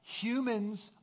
humans